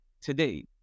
today